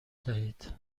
دهید